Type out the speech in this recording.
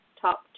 top